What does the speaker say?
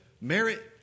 merit